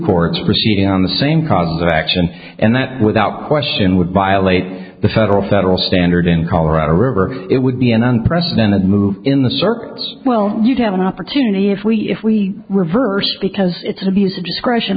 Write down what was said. courts proceeding on the same progs action and that without question would violate the federal federal standard in colorado river it would be an unprecedented move in the circuits well you'd have an opportunity if we if we reversed because it's abuse of discretion